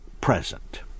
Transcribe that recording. present